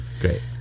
Great